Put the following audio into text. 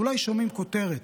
אולי שומעים כותרת.